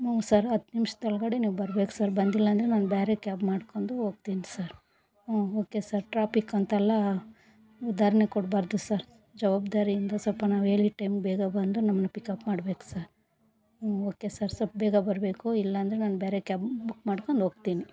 ಹ್ಞೂ ಸರ್ ಹತ್ತು ನಿಮಿಷ್ದೊಳ್ಗಡೆ ನೀವು ಬರ್ಬೇಕು ಸರ್ ಬಂದಿಲ್ಲ ಅಂದರೆ ನಾನು ಬೇರೆ ಕ್ಯಾಬ್ ಮಾಡ್ಕೊಂಡು ಹೋಗ್ತೀನಿ ಸರ್ ಹ್ಞೂ ಓಕೆ ಸರ್ ಟ್ರಾಪಿಕ್ ಅಂತೆಲ್ಲ ಉದಾಹರ್ಣೆ ಕೊಡ್ಬಾರ್ದು ಸರ್ ಜವಾಬ್ದಾರಿಯಿಂದ ಸ್ವಲ್ಪ ನಾವೇಳಿದ ಟೈಮಿಗೆ ಬೇಗ ಬಂದು ನಮ್ಮನ್ನ ಪಿಕಪ್ ಮಾಡ್ಬೇಕು ಸರ್ ಹ್ಞೂ ಓಕೆ ಸರ್ ಸ್ವಲ್ಪ ಬೇಗ ಬರಬೇಕು ಇಲ್ಲ ಅಂದರೆ ನಾನು ಬೇರೆ ಕ್ಯಾಬ್ ಬುಕ್ ಮಾಡ್ಕೊಂಡು ಹೋಗ್ತೀನಿ